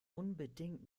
unbedingt